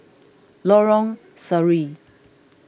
Lorong Sari